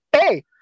Hey